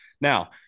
Now